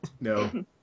No